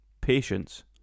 Patience